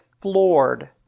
floored